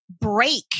break